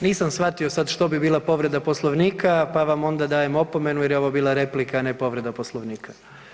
Nisam shvatio sad što bi bila povreda Poslovnika, pa vam onda dajem opomenu jer je ovo bila replika, ne povreda Poslovnika.